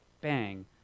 bang